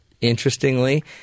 Interestingly